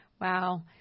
Wow